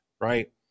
right